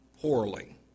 poorly